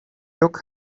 took